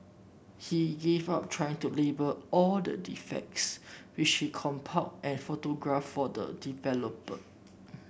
he gave up trying to label all the defects which he compiled and photographed the developer